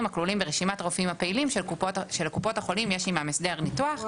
הכלולים ברשימת הרופאים הפעילים שלקופות החולים יש עמם הסדר ניתוח או